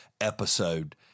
episode